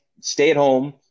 stay-at-home